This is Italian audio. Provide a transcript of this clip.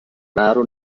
raro